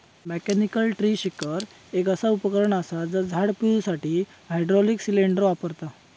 mechanical tree shaker एक असा उपकरण असा जा झाड पिळुसाठी हायड्रॉलिक सिलेंडर वापरता